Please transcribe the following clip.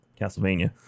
Castlevania